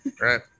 right